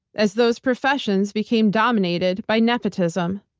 as those professions became dominated by nepotism.